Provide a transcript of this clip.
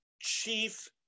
chief